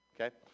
okay